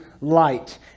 light